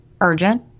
urgent